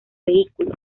vehículo